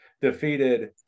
Defeated